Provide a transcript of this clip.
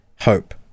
hope